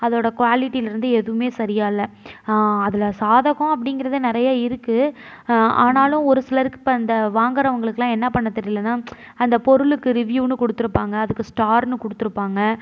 அதோடய குவாலிட்டிலேருந்து எதுவுமே சரியாக இல்லை அதில் சாதகம் அப்படிங்கிறது நிறையே இருக்குது ஆனாலும் ஒரு சிலருக்கு இப்போ இந்த வாங்கறவங்களுக்குலாம் என்ன பண்ண தெரிலைனா அந்த பொருளுக்கு ரிவ்யூனு கொடுத்துருப்பாங்க அதுக்கு ஸ்டார்னு கொடுத்துருப்பாங்க